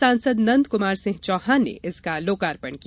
सांसद नंद कुमार सिंह चौहान ने इसका लोकार्पण किया